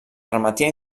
permetia